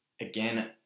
again